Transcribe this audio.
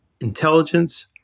intelligence